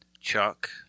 Chuck